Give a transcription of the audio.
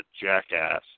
jackass